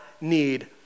need